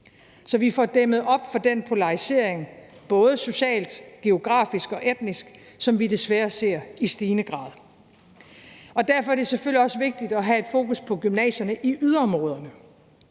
så vi får dæmmet op for den polarisering, både socialt, geografisk og etnisk, som vi desværre ser i stigende grad. Derfor er det selvfølgelig også vigtigt at have et fokus på gymnasierne i yderområderne.